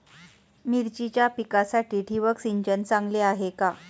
मिरचीच्या पिकासाठी ठिबक सिंचन चांगले आहे का?